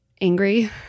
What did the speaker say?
angry